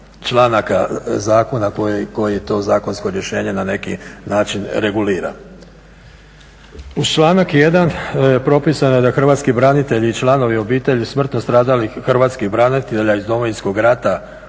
članaka zakona koji to zakonsko rješenje na neki način regulira. Uz članak 1. propisano je: "Da Hrvatski branitelji i članovi obitelji smrtno stradalih Hrvatskih branitelja iz Domovinskog rata